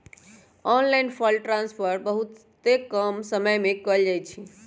online fund transfer बहुते कम समय में कएल जाइ छइ